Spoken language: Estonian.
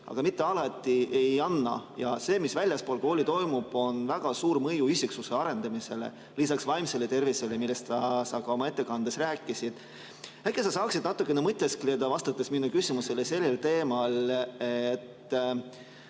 aga mitte alati ei anna. See, mis väljaspool kooli toimub, avaldab väga suurt mõju isiksuse arendamisele, lisaks vaimsele tervisele, millest sa ka oma ettekandes rääkisid. Äkki sa saaksid natukene mõtiskleda, vastates minu küsimusele sellel teemal,